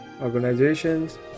organizations